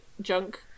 junk